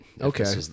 Okay